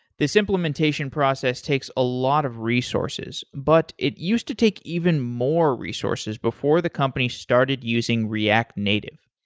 this implementation process takes a lot of resources but it used to take even more resources before the company started using react native